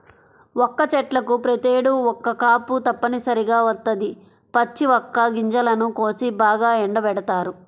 వక్క చెట్లకు ప్రతేడు ఒక్క కాపు తప్పనిసరిగా వత్తది, పచ్చి వక్క గింజలను కోసి బాగా ఎండబెడతారు